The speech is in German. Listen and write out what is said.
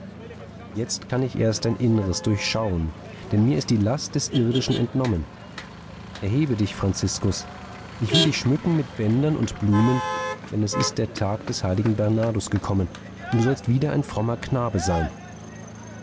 jetzt kann ich erst dein innres durchschauen denn mir ist die last des irdischen entnommen erhebe dich franziskus ich will dich schmücken mit bändern und blumen denn es ist der tag des heiligen bernardus gekommen und du sollst wieder ein frommer knabe sein